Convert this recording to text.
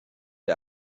the